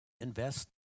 invest